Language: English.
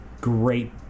great